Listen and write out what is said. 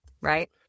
right